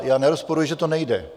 Já nerozporuji, že to nejde .